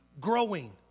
growing